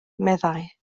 meddai